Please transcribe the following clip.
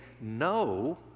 no